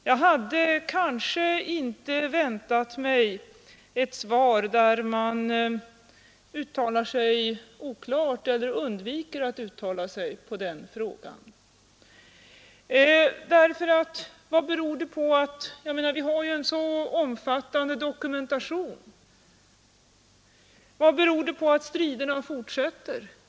Jag hade inte räknat med ett svar där man uttalade sig oklart eller undviker att uttala sig på den punkten; vi har ju så omfattande dokumentation. Vad beror det på att striderna fortsätter?